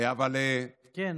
כן,